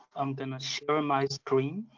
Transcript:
i'm going to share my screen.